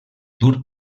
dur